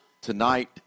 tonight